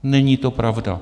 Není to pravda.